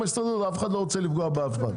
אף אחד לא רוצה לפגוע באף אחד.